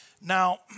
Now